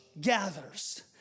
gathers